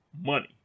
money